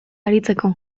aritzeko